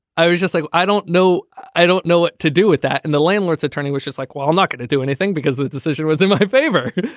i was just like i don't know i don't know what to do with that. and the landlord's attorney was just like well i'm not going to do anything because the decision was in my favor.